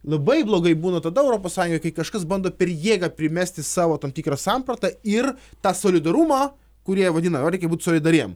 labai blogai būna tada europos sąjungai kai kažkas bando per jėgą primesti savo tam tikrą sampratą ir tą solidarumą kurie vadina o reikia būt solidariem